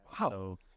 Wow